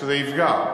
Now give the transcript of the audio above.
שזה יפגע.